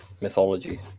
mythology